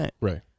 right